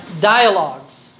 dialogues